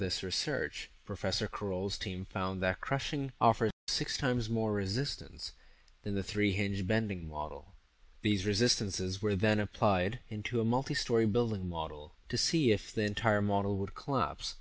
this or search professor corals team found that crushing offered six times more resistance than the three hinged bending model these resistances were then applied into a multi story building model to see if the entire model would collapse